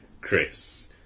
Chris